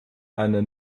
eine